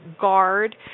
guard